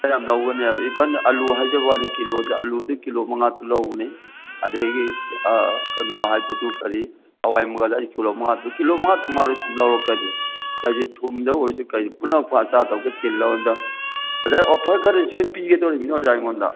ꯈꯔ ꯌꯥꯝ ꯂꯧꯒꯅꯦꯕ ꯏꯕꯟ ꯑꯥꯜꯂꯨ ꯍꯥꯏꯖꯕ ꯋꯥꯅꯤ ꯀꯤꯂꯣꯗ ꯑꯥꯜꯂꯨꯗꯨ ꯀꯤꯂꯣ ꯃꯉꯥ ꯇꯔꯨꯛ ꯂꯧꯒꯅꯤ ꯑꯗꯨꯗꯒꯤ ꯑꯥ ꯀꯩꯅꯣ ꯍꯥꯏꯕꯗꯨ ꯀꯔꯤ ꯍꯋꯥꯏ ꯃꯪꯒꯜꯗꯨ ꯑꯩ ꯀꯤꯂꯣ ꯃꯉꯥ ꯇꯔꯨꯛ ꯀꯤꯂꯣ ꯃꯉꯥ ꯇꯔꯨꯛ ꯃꯉꯥ ꯇꯔꯨꯛ ꯁꯨꯝ ꯂꯧꯔꯛꯀꯅꯤ ꯍꯥꯏꯗꯤ ꯊꯨꯝꯗ ꯑꯣꯏꯔꯁꯨ ꯀꯔꯤ ꯄꯨꯝꯅꯃꯛꯄꯨ ꯑꯆꯥ ꯊꯥꯎꯁꯦ ꯀꯤꯂꯣꯗ ꯑꯣꯖꯥ ꯑꯣꯐꯔꯒꯗꯤ ꯁꯣꯏ ꯄꯤꯒꯗꯣꯅꯤꯕꯅꯤꯅꯦ ꯑꯣꯖꯥ ꯑꯩꯉꯣꯟꯗ